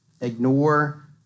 ignore